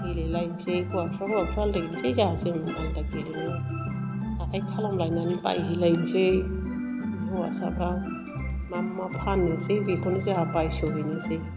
गेलेलायसै हौवाफ्रा हौवाफोर आलदा गेलेसै जोंहा जों आलदा गेलेनायाव हाथाय खालामलायनानै बायहैलायनोसै हौवासाफ्रा मा मा फान्नोसै बेखौनो जोंहा बायस' हैनोसै